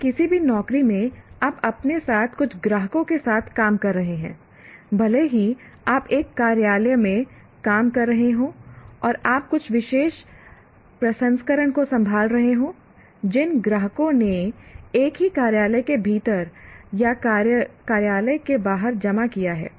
और किसी भी नौकरी में आप अपने साथ कुछ ग्राहकों के साथ काम कर रहे हैं भले ही आप एक कार्यालय में काम कर रहे हों और आप कुछ विशेष प्रसंस्करण को संभाल रहे हों जिन ग्राहकों ने एक ही कार्यालय के भीतर या कार्यालय के बाहर जमा किया है